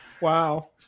wow